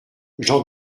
j’en